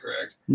correct